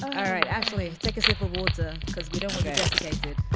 all right, ashley, take a sip of water. because we don't. like a desiccated.